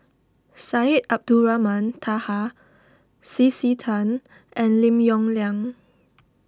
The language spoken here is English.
Syed Abdulrahman Taha C C Tan and Lim Yong Liang